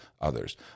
others